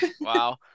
wow